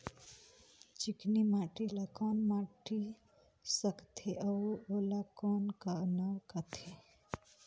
चिकनी माटी ला कौन माटी सकथे अउ ओला कौन का नाव काथे?